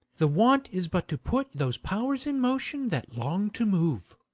the want is but to put those pow'rs in motion that long to move.